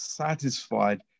satisfied